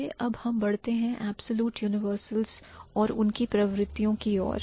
चलिए अब हम बढ़ते हैं absolute universals और उनकी प्रवृत्तियों की और